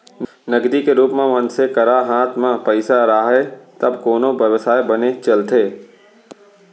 नगदी के रुप म मनसे करा हात म पइसा राहय तब कोनो बेवसाय बने चलथे